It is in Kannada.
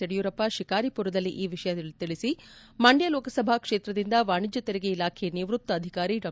ಯಡಿಯೂರಪ್ಪ ಶಿಕಾರಿಮರದಲ್ಲಿ ಈ ವಿಷಯ ತಿಳಿಸಿ ಮಂಡ್ಯ ಲೋಕಸಭಾ ಕ್ಷೇತ್ರದಿಂದ ವಾಣಿಜ್ಯ ತೆರಿಗೆ ಇಲಾಖೆಯ ನಿವೃತ್ತ ಅಧಿಕಾರಿ ಡಾ